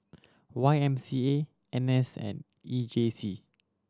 Y M C A N S and E J C